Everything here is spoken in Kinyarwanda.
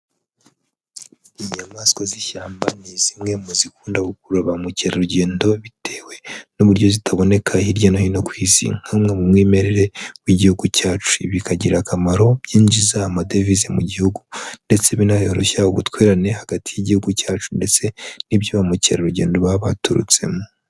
Inyamaswa z'ishyamba, ni zimwe mu zikunda gukurura bamukerarugendo bitewe n'uburyo zitaboneka hirya no hino ku isi nk'umwe mu mwimerere w'igihugu cyacu, ibi bikagirira akamaro byinjiza amadevize mu gihugu, ndetse binayoroshya ubutwererane hagati y'igihugu cyacu ndetse n'ibyo bamukerarugendo baba baturutsemo.